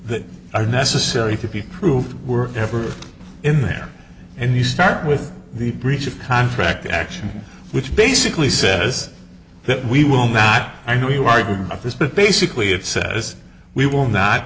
that are necessary to be proved were ever in there and you start with the breach of contract action which basically says that we will not i know you are doing this but basically it says we will not